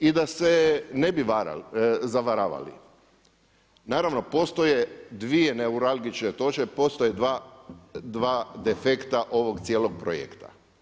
I da se ne bi zavaravali, postoje dvije neuralgične točke, postoje dva defekta ovog cijelog projekta.